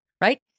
right